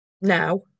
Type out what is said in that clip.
now